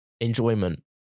enjoyment